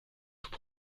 tout